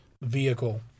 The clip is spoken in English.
vehicle